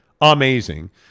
Amazing